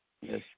Yes